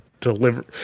deliver